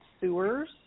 sewers